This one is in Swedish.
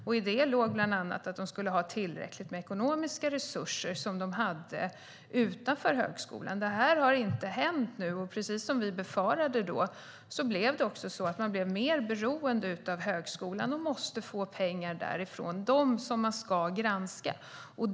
I det låg bland annat att de skulle ha tillräckligt med ekonomiska resurser som de hade utanför högskolan. Det har inte hänt, och precis som vi befarade då blev man mer beroende av högskolan och måste få pengar därifrån - från dem som man ska granska.